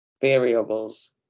Variables